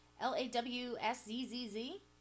L-A-W-S-Z-Z-Z